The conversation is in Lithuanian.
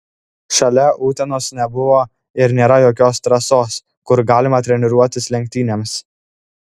šalia utenos nebuvo ir nėra jokios trasos kur galima treniruotis lenktynėms